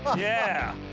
yeah,